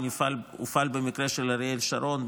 הוא הופעל במקרה של אריאל שרון,